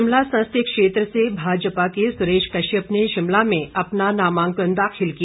शिमला संसदीय क्षेत्र से भाजपा के सुरेश कश्यप ने शिमला में अपना नामांकन दाखिल किया